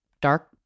dark